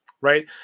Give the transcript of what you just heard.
right